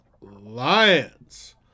Lions